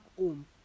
home